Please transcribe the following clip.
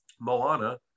Moana